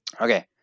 Okay